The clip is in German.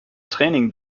training